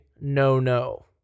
no-no